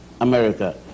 America